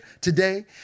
today